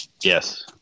Yes